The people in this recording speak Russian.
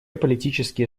политические